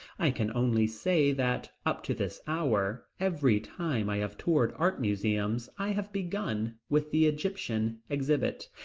i can only say that up to this hour, every time i have toured art museums, i have begun with the egyptian exhibit,